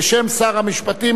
בשם שר המשפטים,